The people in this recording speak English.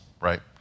right